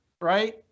right